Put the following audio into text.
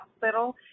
hospital